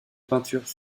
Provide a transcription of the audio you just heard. peintures